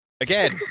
again